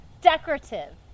decorative